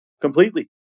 completely